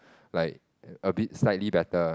like a bit slightly better